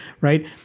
Right